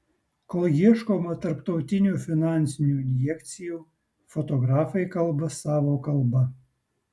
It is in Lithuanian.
kol ieškoma tarptautinių finansinių injekcijų fotografai kalba savo kalba